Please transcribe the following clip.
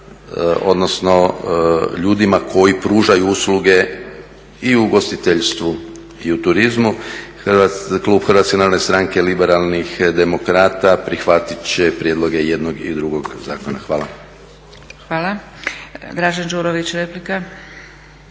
odnosno ljudima koji pružaju usluge i u ugostiteljstvu i u turizmu. Klub HNS-a liberalnih demokrata prihvatit će prijedloge jednog i drugog zakona. Hvala. **Zgrebec, Dragica